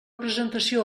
presentació